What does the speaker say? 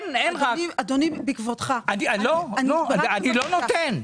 אני לא נותן.